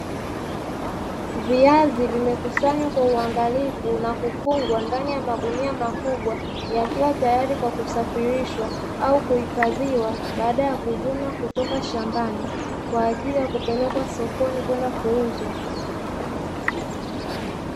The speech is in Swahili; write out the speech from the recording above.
Viazi vimekusanywa kwa uangalifu na kufungwa ndani ya magunia makubwa yakiwa tayari kwa kusafirishwa au kuhifadhiwa baada ya kuvunwa kutoka shambani kwa ajili ya kupelekwa sokoni kwenda kuuzwa.